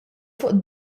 fuq